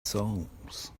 souls